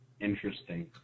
Interesting